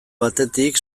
batetik